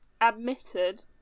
admitted